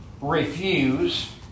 refuse